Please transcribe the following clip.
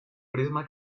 prisma